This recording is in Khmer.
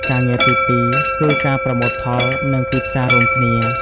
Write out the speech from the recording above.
ការងារទីពីរគឺ ការប្រមូលផល និងទីផ្សាររួមគ្នា។